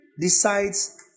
decides